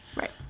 Right